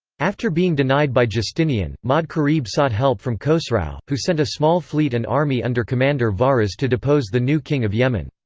after being denied by justinian, ma'd-karib sought help from khosrau, who sent a small fleet and army under commander vahriz to depose the new king of yemen.